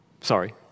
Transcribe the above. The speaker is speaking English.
Sorry